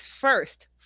first